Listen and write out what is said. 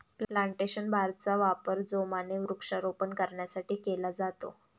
plantation बारचा वापर जोमाने वृक्षारोपण करण्यासाठी केला जातो